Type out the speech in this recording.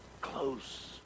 close